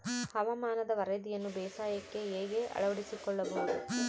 ಹವಾಮಾನದ ವರದಿಯನ್ನು ಬೇಸಾಯಕ್ಕೆ ಹೇಗೆ ಅಳವಡಿಸಿಕೊಳ್ಳಬಹುದು?